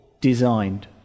designed